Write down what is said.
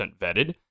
vetted